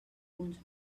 uns